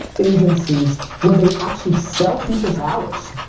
agencies, where they actually sell people's hours.